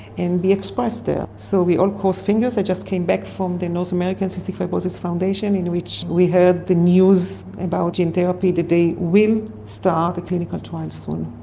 and be expressed there. so we all cross fingers. i just came back from the north american cystic fibrosis foundation in which we heard the news about gene therapy that they will start a clinical trial soon.